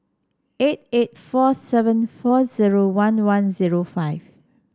eight eight four seven four zero one one zero five